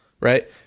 right